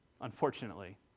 unfortunately